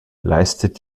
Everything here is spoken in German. leistet